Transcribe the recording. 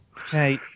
Okay